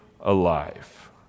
alive